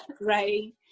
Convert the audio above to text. Right